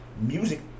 music